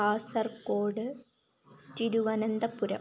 Kasaragod Thiruvananthapuram